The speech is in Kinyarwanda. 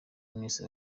mwese